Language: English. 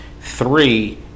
Three